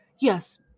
Yes